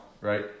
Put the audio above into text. right